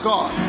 God